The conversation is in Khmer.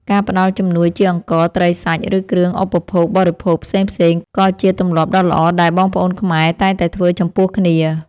ការផ្តល់ជំនួយជាអង្ករ ត្រី សាច់ ឬគ្រឿងឧបភោគបរិភោគផ្សេងៗ ក៏ជាទម្លាប់ដ៏ល្អដែលបងប្អូនខ្មែរតែងតែធ្វើចំពោះគ្នា។